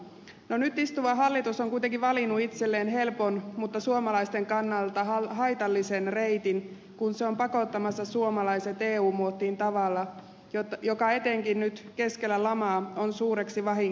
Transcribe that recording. no nyt istuva hallitus on kuitenkin valinnut itselleen helpon mutta suomalaisten kannalta haitallisen reitin kun se on pakottamassa suomalaiset eu muottiin tavalla joka etenkin nyt keskellä lamaa on suureksi vahingoksi